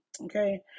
Okay